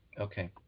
Okay